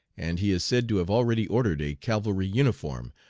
and he is said to have already ordered a cavalry uniform,